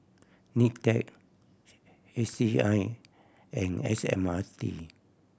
NITEC H C I and S M R T